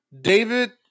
David